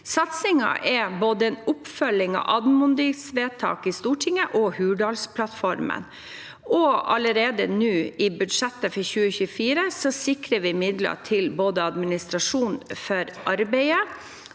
Satsingen er en oppfølging av både anmodningsvedtak i Stortinget og Hurdalsplattformen. Allerede nå, i budsjettet for 2024, sikrer vi midler til administrasjonen for arbeidet,